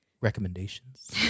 recommendations